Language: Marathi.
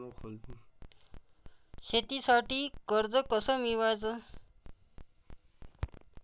शेतीसाठी कर्ज कस मिळवाच?